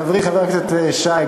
חברי חבר הכנסת שי.